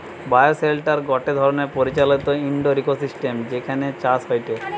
bioshelter গটে ধরণের পরিচালিত ইন্ডোর ইকোসিস্টেম যেখানে চাষ হয়টে